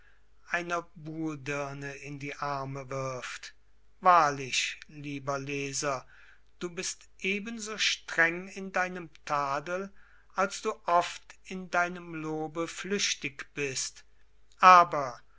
in die arme wirft wahrlich lieber leser du bist ebenso streng in deinem tadel als du oft in deinem lobe flüchtig bist aber